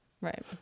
Right